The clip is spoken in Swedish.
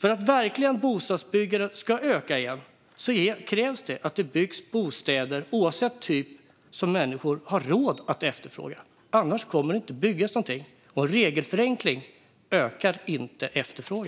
För att bostadsbyggandet verkligen ska öka igen krävs det att det, oavsett typ, byggs bostäder som människor har råd att efterfråga - annars kommer det inte att byggas någonting. Regelförenkling ökar inte efterfrågan.